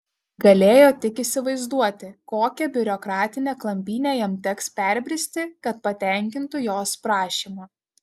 galėjo tik įsivaizduoti kokią biurokratinę klampynę jam teks perbristi kad patenkintų jos prašymą